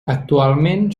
actualment